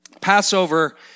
Passover